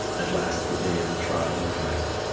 at last the day of the trial arrived.